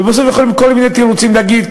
ובסוף יכולים בכל מיני תירוצים להגיד,